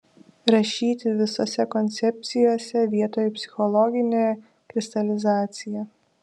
rašyti visose koncepcijose vietoj psichologinė kristalizacija